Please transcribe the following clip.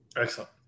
Excellent